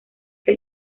que